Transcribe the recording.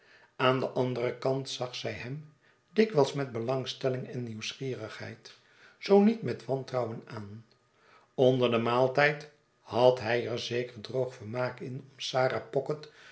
aan den anderen kant zag zij hem dikwijls met belangstelling en nieuwsgierigheid zoo niet met wantrouwen aan onder den maaltijd had hij er zeker droog vermaak in om sarah pocket